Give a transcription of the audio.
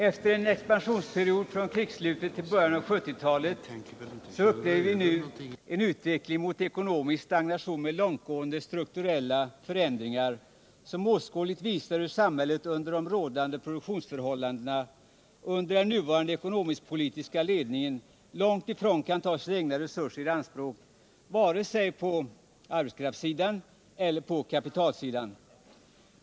Efter en expansionsperiod från krigsslutet till början av 1970-talet upplever vi nu en utveckling mot ekonomisk stagnation med långtgående strukturella förändringar, som åskådligt visar hur samhället under de rådande produktionsförhållandena och under den nuvarande ekonomiskt-politiska ledningen långt ifrån kan ta sina egna resurser i anspråk vare sig på arbetskraftseller på kapitalsidan.